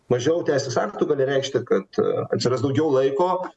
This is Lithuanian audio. mažiau teisės aktų gali reikšti kad atsiras daugiau laiko